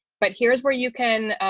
but here's where you can,